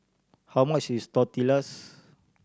how much is Tortillas